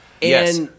Yes